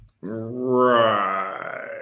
Right